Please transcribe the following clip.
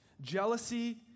Jealousy